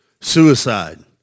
suicide